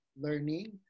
learning